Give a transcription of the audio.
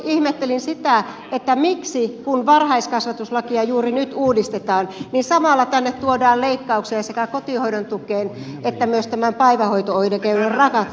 ihmettelin sitä että kun varhaiskasvatuslakia juuri nyt uudistetaan miksi samalla tänne tuodaan sekä leikkauksia kotihoidon tukeen että myös tämän päivähoito oikeuden rajaamista